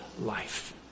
life